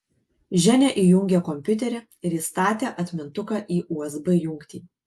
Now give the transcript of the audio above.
ženia įjungė kompiuterį ir įstatė atmintuką į usb jungtį